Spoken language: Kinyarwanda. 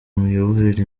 miyoborere